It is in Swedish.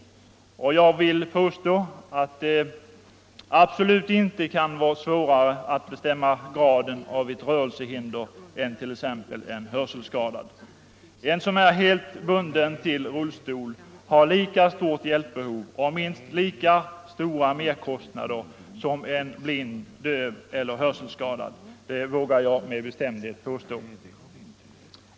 Jag vill påstå att det absolut inte kan vara svårare att bestämma graden av ett rörelsehinder än t.ex. av en hörselskada. En person som är helt bunden till rullstol har lika stort hjälpbehov och minst lika stora merkostnader som en blind, döv eller hörselskadad — det vågar jag med bestämdhet påstå.